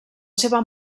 seva